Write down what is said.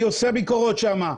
אני עושה ביקורות שם,